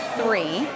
three